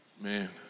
Man